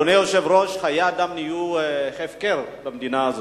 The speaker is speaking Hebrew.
אדוני היושב-ראש, חיי אדם נהיו הפקר במדינה הזאת.